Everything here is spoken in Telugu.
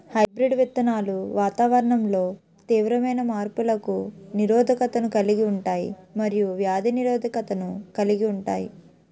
హైబ్రిడ్ విత్తనాలు వాతావరణంలో తీవ్రమైన మార్పులకు నిరోధకతను కలిగి ఉంటాయి మరియు వ్యాధి నిరోధకతను కలిగి ఉంటాయి